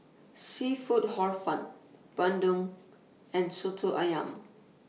Seafood Hor Fun Bandung and Soto Ayam